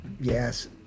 Yes